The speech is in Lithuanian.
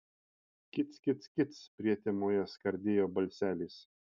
kic kic kic prietemoje skardėjo balselis